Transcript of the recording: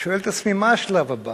שואל את עצמי: מה השלב הבא